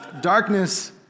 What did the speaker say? darkness